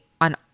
on